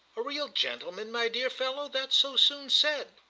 a real gentleman, my dear fellow that's so soon said!